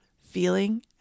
feeling